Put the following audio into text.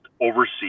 overseas